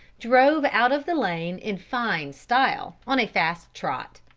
drove out of the lane in fine style, on a fast trot.